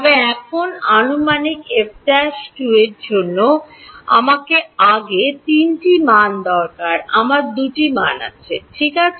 তবে এখন আনুমানিক f ′ to এর জন্য আমার আগে 3 টি মান দরকার আমার 2 মান ঠিক আছে